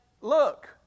look